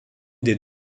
des